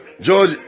George